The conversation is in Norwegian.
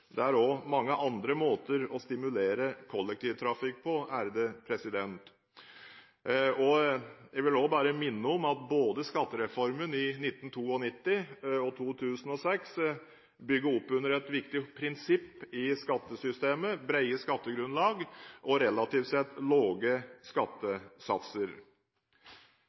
Det er også mange andre måter å stimulere kollektivtrafikk på. Jeg vil også minne om at skattereformen både i 1992 og 2006 bygger opp under et viktig prinsipp i skattesystemet: brede skattegrunnlag og relativt sett lave skattesatser.